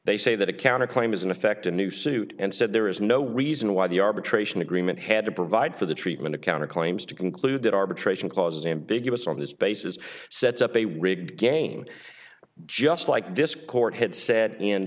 they say that a counter claim is in effect a new suit and said there is no reason why the arbitration agreement had to provide for the treatment of counterclaims to conclude that arbitration clauses ambiguous on this basis sets up a rigged game just like this court had